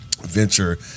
venture